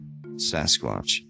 Sasquatch